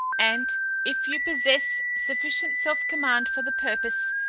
and if you possess sufficient self-command for the purpose,